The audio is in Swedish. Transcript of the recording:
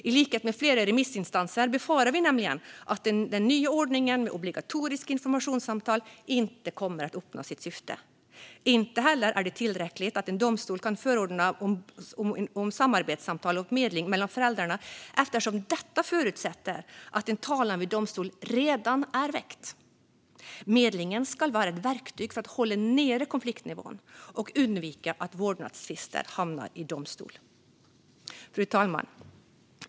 I likhet med flera remissinstanser befarar vi nämligen att den nya ordningen med obligatoriska informationssamtal inte kommer att uppnå sitt syfte. Inte heller är det tillräckligt att en domstol kan förorda samarbetssamtal och medling mellan föräldrarna eftersom detta förutsätter att en talan vid domstol redan är väckt. Medlingen ska vara ett verktyg för att hålla nere konfliktnivån och undvika att vårdnadstvister hamnar i domstol. Fru talman!